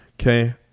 okay